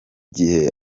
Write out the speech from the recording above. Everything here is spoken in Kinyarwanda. gihe